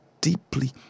deeply